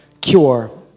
cure